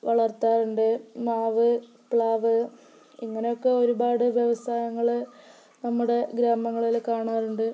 വളർത്താറുണ്ട് മാവ് പ്ലാവ് ഇങ്ങനെയൊക്കെ ഒരുപാട് വ്യവസായങ്ങൾ നമ്മുടെ ഗ്രാമങ്ങളിൽ കാണാറുണ്ട്